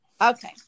Okay